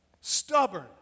stubborn